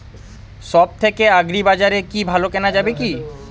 সব থেকে আগ্রিবাজারে কি ভালো কেনা যাবে কি?